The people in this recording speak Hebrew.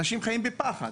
אנשים חיים בפחד.